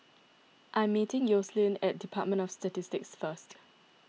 I am meeting Yoselin at Department of Statistics first